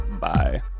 Bye